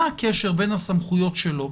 מה הקשר בין הסמכויות שלו,